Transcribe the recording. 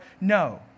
no